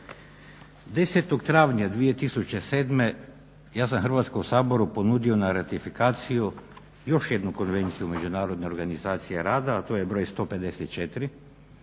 10. travnja 2007. Ja sam Hrvatskom saboru ponudi na ratifikaciju još jednu Konvenciju Međunarodne organizacije rada, a to je broj 154.